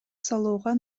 салууга